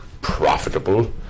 profitable